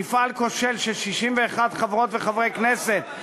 מפעל כושל של 61 חברות וחברי כנסת,